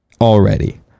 already